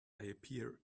appear